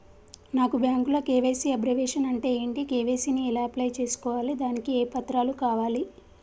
నాకు బ్యాంకులో KYC abbreviation అంటే ఏంటి కే.వై.సీ ని ఎలా అప్లై చేసుకోవాలి దానికి ఏ పత్రాలు కావాలి?